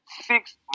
Six